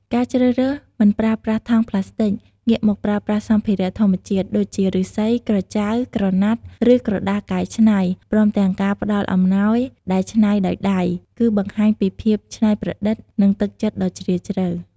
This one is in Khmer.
ការជ្រើសរើសមិនប្រើប្រាស់ថង់ប្លាស្ទិក ងាកមកប្រើប្រាស់សម្ភារៈធម្មជាតិ ដូចជាឫស្សី ក្រចៅ ក្រណាត់ ឬក្រដាសកែច្នៃ ព្រមទាំងការផ្តល់អំណោយដែលច្នៃដោយដៃ គឺបង្ហាញពីភាពច្នៃប្រឌិត និងទឹកចិត្តដ៏ជ្រាលជ្រៅ។